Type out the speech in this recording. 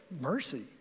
Mercy